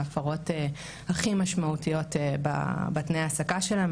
אבל סובלות מהפרות הכי משמעותיות בתנאי ההעסקה שלהן.